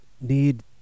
need